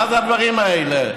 מה זה הדברים האלה?